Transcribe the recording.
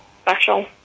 special